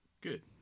Good